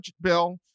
Bill